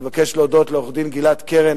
אני מבקש להודות לעורך-הדין גלעד קרן,